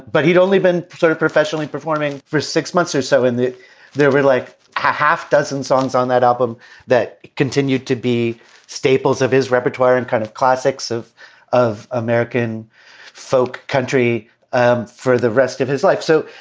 but he'd only been sort of professionally performing for six months or so. and there were like a half dozen songs on that album that continued to be staples of his repertoire and kind of classics of of american folk country um for the rest of his life. so